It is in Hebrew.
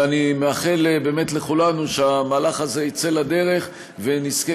ואני מאחל באמת לכולנו שהמהלך הזה יצא לדרך ונזכה